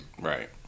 Right